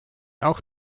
auch